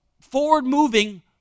forward-moving